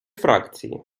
фракції